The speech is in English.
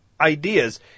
ideas